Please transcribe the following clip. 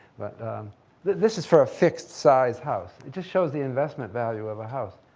but this is for a fixed-size house. it just shows the investment value of a house.